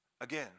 again